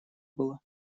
было